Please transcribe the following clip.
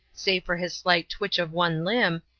save for his slight twitch of one limb,